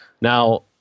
Now